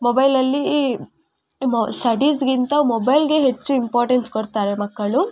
ಮೊಬೈಲಲ್ಲಿ ಈ ಮೊ ಸ್ಟಡೀಸ್ಗಿಂತ ಮೊಬೈಲ್ಗೆ ಹೆಚ್ಚು ಇಂಪಾರ್ಟೆನ್ಸ್ ಕೊಡ್ತಾರೆ ಮಕ್ಕಳು